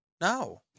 No